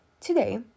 today